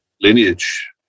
lineage